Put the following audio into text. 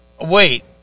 wait